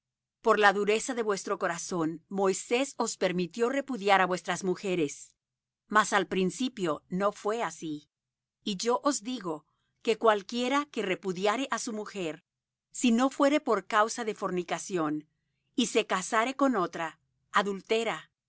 por la dureza de vuestro corazón moisés os permitió repudiar á vuestras mujeres mas al principio no fué así y yo os digo que cualquiera que repudiare á su mujer si no fuere por causa de fornicación y se casare con otra adultera